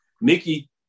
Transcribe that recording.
Mickey